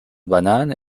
banane